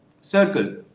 circle